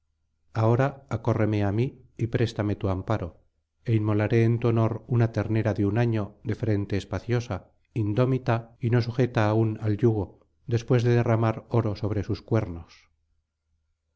ahora acórreme á mí y préstame tu amparo e inmolaré en tu honor una ternera de un año de frente espaciosa indómita y no sujeta aún al yugo después de derramanoro sobre sus cuernos